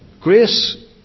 Grace